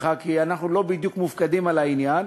חבר הכנסת אורן חזן,